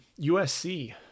USC